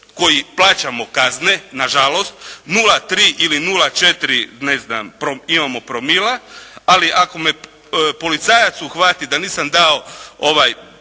koji plaćamo kazne, nažalost, 0,3 ili 0,4 imamo promila, ali ako me policajac uhvati da nisam dao